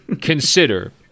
consider